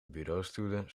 bureaustoelen